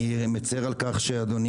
אני מציג טענה